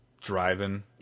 Driving